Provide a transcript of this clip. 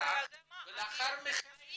מהשטח ולאחר מכן לפנות.